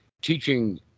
teaching